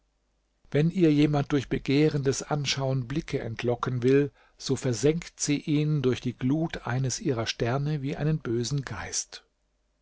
wenn ihr jemand durch begehrendes anschauen blicke entlocken will so versengt sie ihn durch die glut eines ihrer sterne wie einen bösen geist